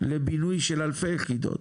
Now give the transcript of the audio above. לבינוי של אלפי יחידות,